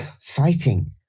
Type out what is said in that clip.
fighting